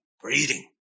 breeding